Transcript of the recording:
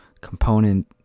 component